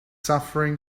suffering